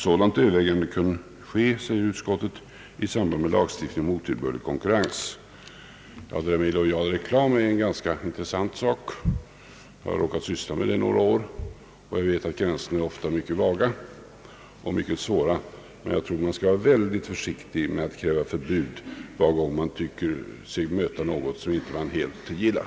Sådant övervägande kan ske, anser utskottet, i samband med lagstiftningsarbetet rörande otillbörlig konkurrens. Det där med illojal reklam är ganska intressant. Jag har råkat syssla med sådana frågor några år och vet att gränserna ofta är mycket vaga och mycket svåra att dra. Jag tror emellertid att man bör vara mycket försiktig med att kräva förbud varje gång man tycker sig möta något som man inte helt gillar.